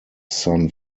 son